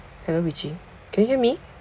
hello richy can you hear me